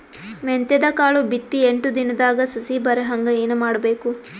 ಮೆಂತ್ಯದ ಕಾಳು ಬಿತ್ತಿ ಎಂಟು ದಿನದಾಗ ಸಸಿ ಬರಹಂಗ ಏನ ಮಾಡಬೇಕು?